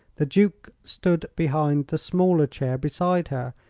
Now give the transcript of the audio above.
the duke stood behind the smaller chair beside her,